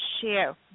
share